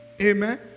Amen